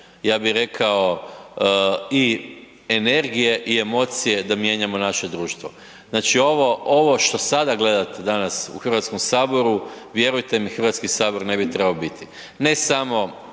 ja bi rekao i energije i emocije da mijenjamo naše društvo. Znači ovo, ovo sada gledate danas u Hrvatskom saboru vjerujte mi Hrvatski sabor ne bi trebao biti. Ne samo